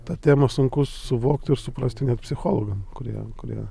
ta temą sunku suvokt ir suprasti net psichologam kurie kurie